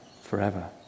forever